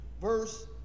verse